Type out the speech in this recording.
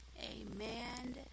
Amen